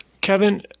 Kevin